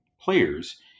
players